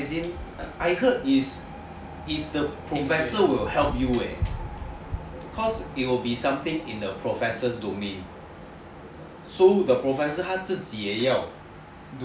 as in I heard is the professor will help you eh cause it will be something in the professor's domain so the professor 他自己也要